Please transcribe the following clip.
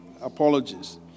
apologies